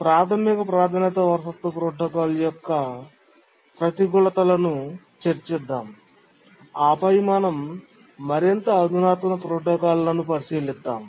ప్రాథమిక ప్రాధాన్యత వారసత్వ ప్రోటోకాల్ యొక్క ప్రతికూలతలను చర్చిద్దాం ఆపై మనం మరింత అధునాతన ప్రోటోకాల్లను పరిశీలిద్దాం